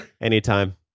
anytime